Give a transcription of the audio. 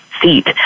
seat